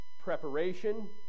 preparation